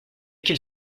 qu’il